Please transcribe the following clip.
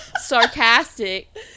sarcastic